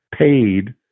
paid